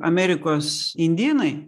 amerikos indėnai